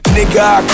Nigga